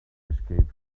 escape